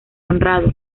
honrado